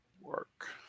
Work